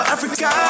Africa